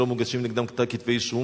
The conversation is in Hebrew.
לא מוגשים נגדם כתבי-אישום.